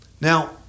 Now